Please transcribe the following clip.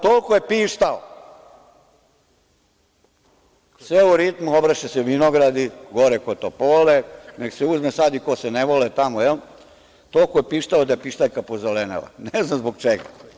Toliko je pištao, sve u ritmu – obraše se vinogradi, gore kod Topole, nek se uzme sad i ko se ne vole, i toliko je pištao da je pištaljka pozelenela, ne znam zbog čega.